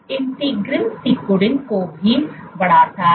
तो इंटीग्रेंस सिकुड़न को भी बढ़ाता है